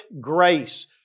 grace